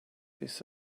this